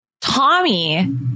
Tommy